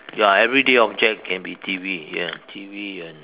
ya everyday object can be T_V ya T_V and